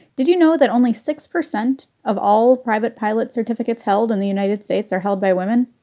did you know that only six percent of all private pilot certificates held in the united states are held by women?